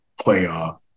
playoff